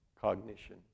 cognition